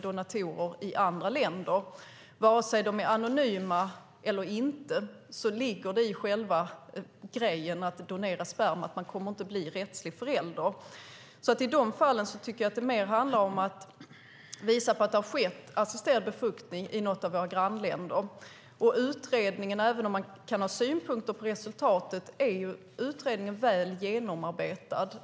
Oavsett om de är anonyma eller inte ligger det i själva grejen med att donera sperma att man inte kommer att bli rättslig förälder. I de fallen tycker jag att det mer handlar om att visa på att det har skett assisterad befruktning i något av våra grannländer. Och utredningen, även om man kan ha synpunkter på resultatet, är ju väl genomarbetad.